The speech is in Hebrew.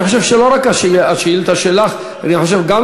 אני חושב שלא רק השאילתה שלך,